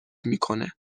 میکنه